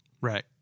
Right